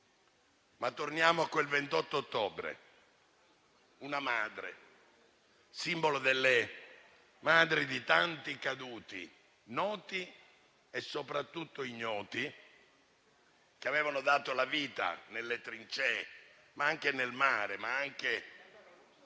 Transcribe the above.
Torniamo a quel 28 ottobre. Una madre, simbolo delle madri di tanti caduti, noti e soprattutto ignoti, che avevano dato la vita nelle trincee, ma anche nel mare e nei